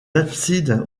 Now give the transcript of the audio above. absides